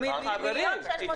בנוסף